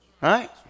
right